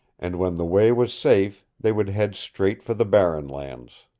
and when the way was safe they would head straight for the barren lands.